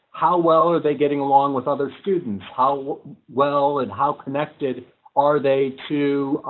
how well are they getting along with other students? how well and how connected are they to?